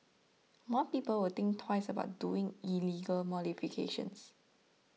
more people will think twice about doing illegal modifications